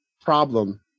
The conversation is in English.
problem